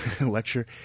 lecture